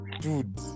dude